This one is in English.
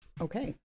Okay